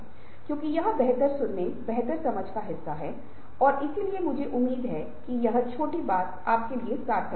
इसलिए वहाँ बहुत प्रतिरोध होगा और यह परिवर्तन के कार्यान्वयन में बाधा उत्पन्न करेगा